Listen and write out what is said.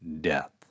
death